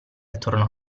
attorno